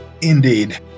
Indeed